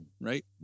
right